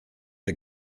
the